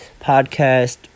podcast